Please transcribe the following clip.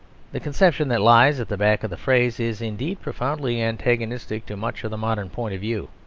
the conception that lies at the back of the phrase is indeed profoundly antagonistic to much of the modern point of view.